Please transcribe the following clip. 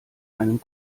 einem